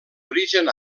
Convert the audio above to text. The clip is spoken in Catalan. origen